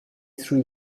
three